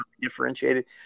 differentiated